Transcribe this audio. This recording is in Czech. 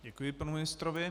Děkuji panu ministrovi.